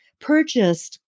purchased